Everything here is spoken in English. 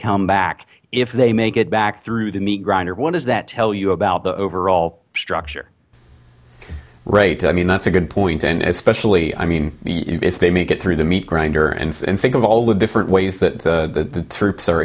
come back if they make it back through the meat grinder what does that tell you about the overall structure right i mean that's a good point and especially i mean if they make it through the meat grinder and think of all the different ways that the troops are